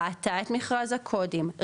ראתה את מכרז הקודים,